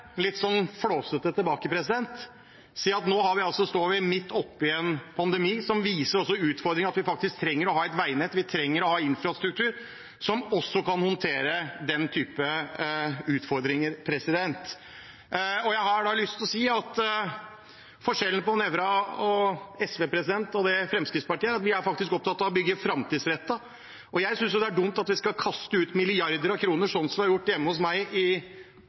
viser utfordringer, at vi faktisk trenger å ha et veinett, at vi trenger å ha en infrastruktur som også kan håndtere den typen utfordringer. Forskjellen på representanten Nævra og SV og Fremskrittspartiet er at vi er opptatt av å bygge framtidsrettet. Jeg synes det er dumt at vi skal kaste ut milliarder av kroner, slik vi har gjort hjemme hos meg, i